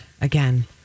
again